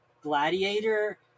Gladiator